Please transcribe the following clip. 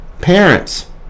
parents